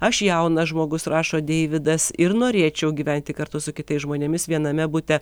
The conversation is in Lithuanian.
aš jaunas žmogus rašo deividas ir norėčiau gyventi kartu su kitais žmonėmis viename bute